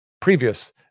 previous